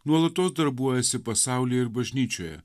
nuolatos darbuojasi pasaulyje ir bažnyčioje